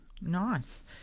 Nice